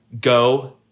go